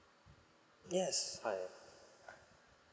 yes ah ya